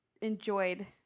enjoyed